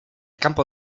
campo